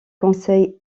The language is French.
conseil